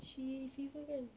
she fever kan